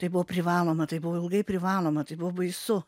tai buvo privaloma tai buvo ilgai privaloma tai buvo baisu